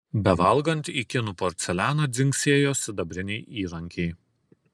bevalgant į kinų porcelianą dzingsėjo sidabriniai įrankiai